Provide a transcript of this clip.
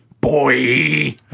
boy